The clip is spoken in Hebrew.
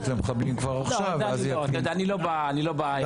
למחבלים כבר עכשיו ואז זה --- אני לא באירוע הזה.